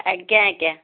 ଆଜ୍ଞା ଆଜ୍ଞା